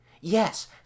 Yes